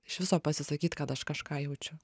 iš viso pasisakyt kad aš kažką jaučiu